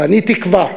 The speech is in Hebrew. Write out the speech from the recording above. ואני תקווה,